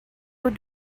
were